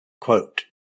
quote